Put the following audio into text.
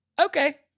Okay